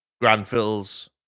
Granville's